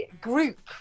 group